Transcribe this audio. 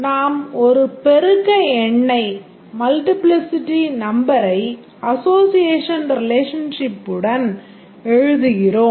நாம் ஒரு பெருக்க எண்ணை association relationship உடன் எழுதுகிறோம்